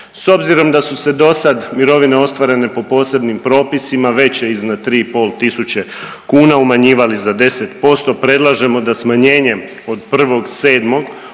S obzirom da su se dosad mirovine ostvarene po posebnim propisima veće iznad 3,5 tisuće kuna umanjivali za 10% predlažemo da smanjenjem od 1.7.